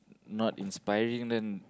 not inspiring then